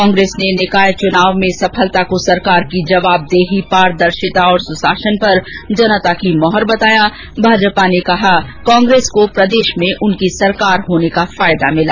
कांग्रेस ने निकाय चुनाव में सफलता को सरकार की जवाबदेही पारदर्शिता और सुशासन पर जनता की मुहर बताया भाजपा ने कहा कांग्रेस को प्रदेश में उनकी सरकार होने का फायदा मिला